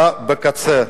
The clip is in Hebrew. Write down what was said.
אתה בקצה,